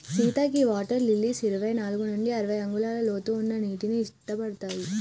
సీత గీ water lilies ఇరవై నాలుగు నుండి అరవై అంగుళాల లోతు ఉన్న నీటిని ఇట్టపడతాయి